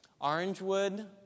Orangewood